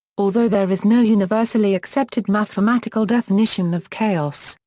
although there is no universally accepted mathematical definition of chaos,